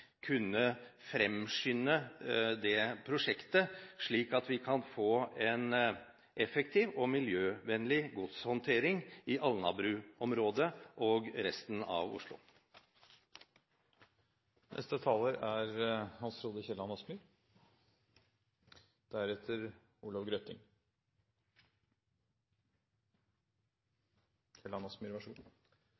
kunne fremskynde dette prosjektet, slik at vi kan få en effektiv og miljøvennlig godshåndtering i Alnabruområdet og i resten av